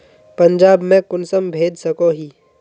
पंजाब में कुंसम भेज सकोही?